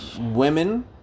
women